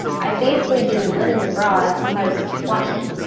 i've basically been living abroad since i was twenty.